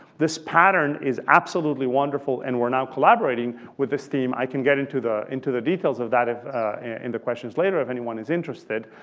this pattern is absolutely wonderful, and we're now collaborating with this team. i can get into the into the details of that in the questions later if anyone is interested